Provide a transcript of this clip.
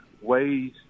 ways